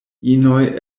inoj